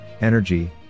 energy